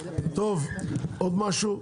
עוד משהו?